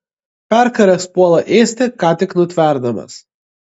perkaręs puola ėsti ką tik nutverdamas